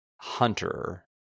Hunter